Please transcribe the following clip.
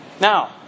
now